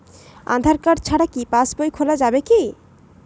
আধার card ছাড়া কি পাসবই খোলা যাবে কি?